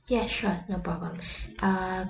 ya sure no problem err